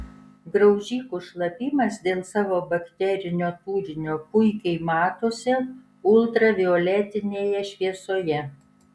graužikų šlapimas dėl savo bakterinio turinio puikiai matosi ultravioletinėje šviesoje